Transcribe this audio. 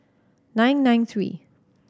nine nine three